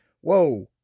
Whoa